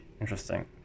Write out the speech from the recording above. Interesting